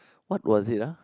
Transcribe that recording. what was it ah